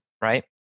right